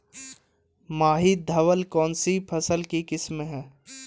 माही धवल कौनसी फसल की किस्म है?